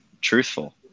truthful